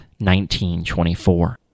1924